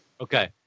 Okay